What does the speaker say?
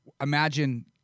imagine